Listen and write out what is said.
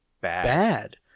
bad